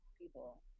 people